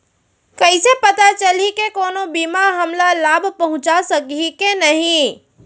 कइसे पता चलही के कोनो बीमा हमला लाभ पहूँचा सकही के नही